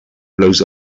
blows